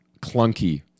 clunky